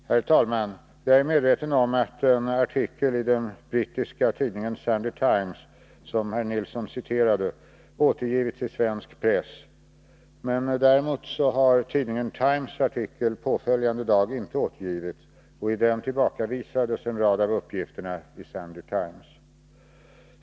Herr talman! Jag är medveten om att den artikel i den brittiska tidningen Sunday Times, som herr Nilsson citerade, återgivits i svensk press. Däremot har tidningen Times artikel påföljande dag inte återgivits, och i den tillbakavisades en rad av uppgifterna i Sunday Times.